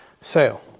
sale